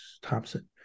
Thompson